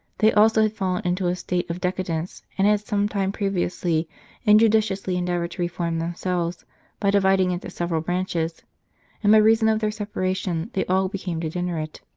they also had fallen into a state of decadence, and had some time previously injudiciously endeavoured to reform themselves by dividing into several branches and by reason of their separation, they all became degenerate,